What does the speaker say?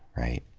right?